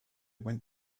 went